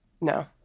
No